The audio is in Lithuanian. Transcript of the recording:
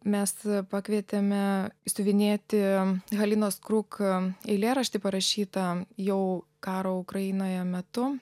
mes tada pakvietėme siuvinėti halinos krug eilėraštį parašytą jau karo ukrainoje metu